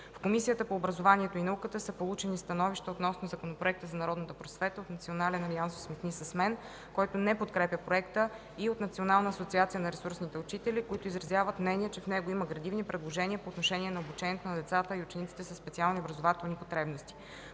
В Комисията по образованието и науката са получени становища относно Законопроекта за народната просвета от Национален алианс „Усмихни се с мен”, който не подкрепя проекта, и Национална асоциация на ресурсните учители, които изразяват мнение, че в него има градивни предложения по отношение на обучението на децата и учениците със специални образователни потребности.